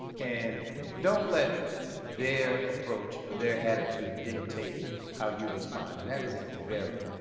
and don't let their approach or their attitude dictate how you respond. and that is a very,